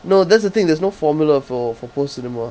no that's the thing there's no formula for for post cinema